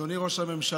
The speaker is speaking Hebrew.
אדוני ראש הממשלה,